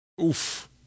Oof